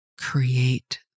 create